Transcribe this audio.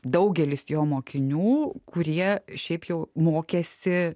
daugelis jo mokinių kurie šiaip jau mokėsi